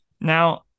now